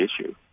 issue